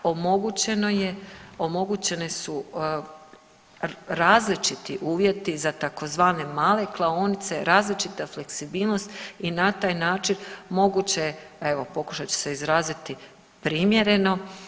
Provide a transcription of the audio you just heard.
Omogućeno je, omogućeni su različiti uvjeti za tzv. male klaonice, različita fleksibilnost i na taj način moguće je evo pokušat ću se izraziti primjereno.